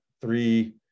three